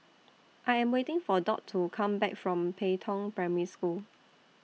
I Am waiting For Dot to Come Back from Pei Tong Primary School